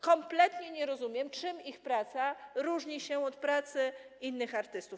Kompletnie nie rozumiem, czym ich praca różni się od pracy innych artystów.